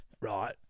Right